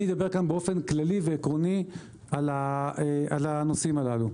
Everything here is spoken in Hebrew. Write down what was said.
אני אדבר כאן באופן כללי ועקרוני על הנושאים הללו,